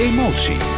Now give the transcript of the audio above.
Emotie